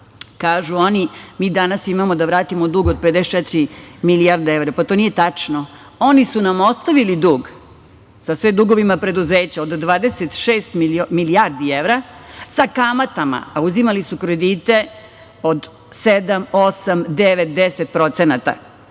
kažu oni, mi danas imamo da vratimo dug od 54 milijarde evra. Pa, to nije tačno. Oni su nam ostavili dug sa sve dugovima preduzeća od 26 milijardi evra, sa kamatama, a uzimali su kredite od 7, 8, 9 i 10 procenata. Nije